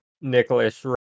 Nicholas